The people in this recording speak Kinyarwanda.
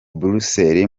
buruseli